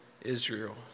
Israel